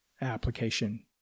application